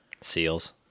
seals